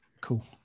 Cool